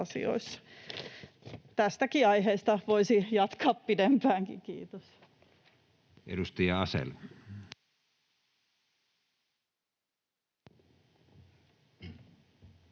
Tästäkin aiheesta voisi jatkaa pidempäänkin. — Kiitos.